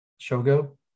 Shogo